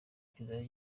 kizajya